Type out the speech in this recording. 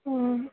অঁ